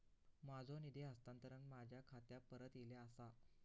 माझो निधी हस्तांतरण माझ्या खात्याक परत इले आसा